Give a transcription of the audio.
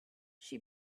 she